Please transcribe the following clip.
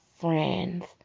friends